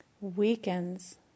weakens